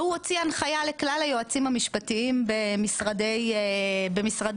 והוא הוציא הנחייה לכלל היועצים המשפטיים במשרדי הממשלה